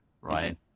right